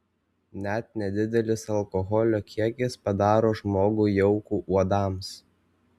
net nedidelis alkoholio kiekis padaro žmogų jauku uodams